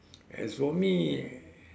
as for me